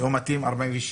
חשד גבוה זה אומיקרון?